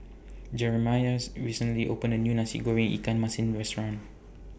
Jeramiah's recently opened A New Nasi Goreng Ikan Masin Restaurant